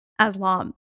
Aslam